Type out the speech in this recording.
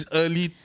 early